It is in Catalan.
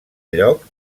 lloc